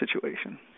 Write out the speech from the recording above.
situation